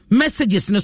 messages